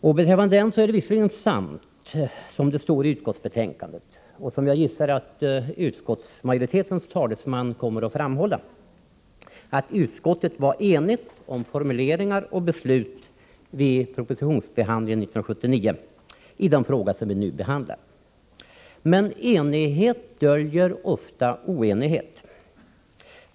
Visserligen är det sant som det står i utskottsbetänkandet, och som jag gissar att utskottsmajoritetens talesman kommer att framhålla, att utskottet var enigt om formuleringar och beslut vid propositionsbehandlingen 1979 av den fråga vi nu behandlar — men enighet döljer ofta oenighet.